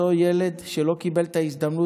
דווקא מאותו ילד שלא קיבל את ההזדמנות,